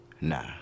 Nah